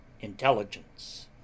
intelligence